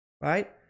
right